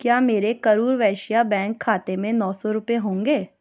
کیا میرے کرور ویشیہ بینک کھاتے میں نو سو روپئے ہوں گے